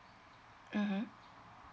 mmhmm